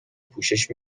پوشش